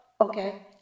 okay